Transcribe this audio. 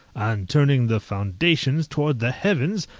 turning the foundations towards the heavens,